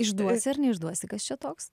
išduosi ar neišduosi kas čia toks